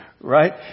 right